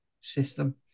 system